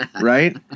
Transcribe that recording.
right